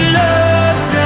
loves